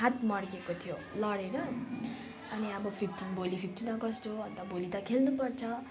हात मर्केको थियो लढेर अनि अब फिप्टिन भोलि फिप्टिन अगस्ट हो अन्त भोलि त खेल्नुपर्छ